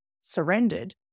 surrendered